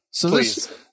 please